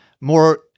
more